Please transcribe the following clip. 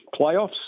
playoffs